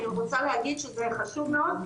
אני רוצה להגיד שזה חשוב מאוד,